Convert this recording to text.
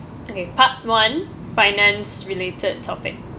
okay part one finance related topic